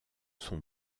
sont